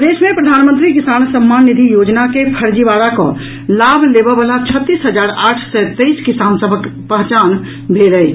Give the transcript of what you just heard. प्रदेश मे प्रधानमंत्री किसान सम्मान निधि योजना मे फर्जीवाड़ा कऽ लाभ लेबऽ वला छत्तीस हजार आठ सय तेईस किसान सभक पहचान भेल अछि